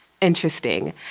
Interesting